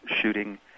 shooting